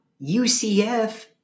UCF